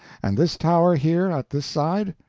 and this tower here at this side?